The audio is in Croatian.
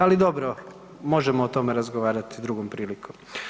Ali dobro, možemo o tome razgovarati drugom prilikom.